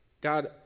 God